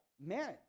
man